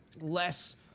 less